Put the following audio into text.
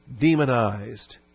demonized